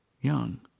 young